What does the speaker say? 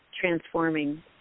transforming